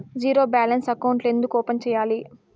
zero balance అకౌంట్లు ఎందుకు open సేయాలి